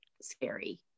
scary